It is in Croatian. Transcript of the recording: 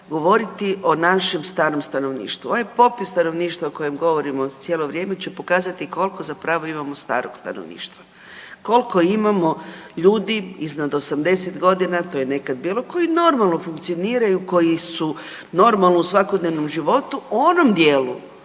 govoriti o našem starom stanovništvu. Ovaj popis stanovništva o kojem govorimo cijelo vrijeme će pokazati koliko zapravo imamo starog stanovništva, koliko imamo ljudi iznad 80 godina, to je nekad bilo koji normalno funkcioniraju, koji su normalno u svakodnevnom životu u onom dijelu